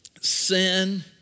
sin